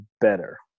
better